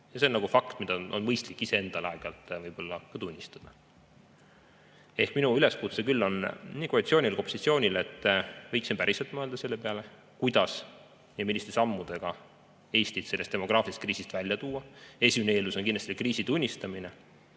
See on fakt, mida on mõistlik iseendale aeg-ajalt võib-olla tunnistada. Minu üleskutse on nii koalitsioonile kui ka opositsioonile, et võiksime mõelda selle peale, kuidas ja milliste sammudega Eesti sellest demograafilisest kriisist välja tuua. Esimene eeldus on kindlasti kriisi tunnistamine.